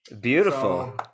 Beautiful